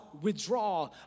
withdraw